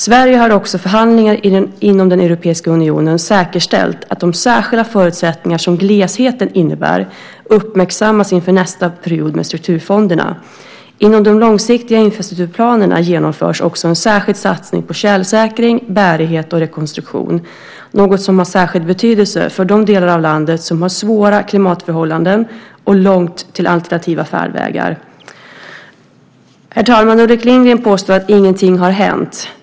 Sverige har också i förhandlingarna inom den europeiska unionen säkerställt att de särskilda förutsättningar som glesheten innebär uppmärksammas inför nästa period med strukturfonderna. Inom de långsiktiga infrastrukturplanerna genomförs också en särskild satsning på tjälsäkring, bärighet och rekonstruktion, något som har särskild betydelse för de delar av landet som har svåra klimatförhållanden och långt till alternativa färdvägar. Herr talman! Ulrik Lindgren påstår att ingenting har hänt.